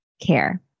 care